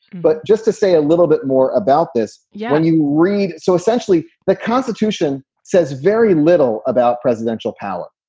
but just to say a little bit more about this. yeah. when you read. so essentially the constitution. says very little about presidential power.